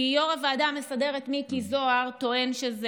כי יו"ר הוועדה המסדרת מיקי זוהר טוען שזה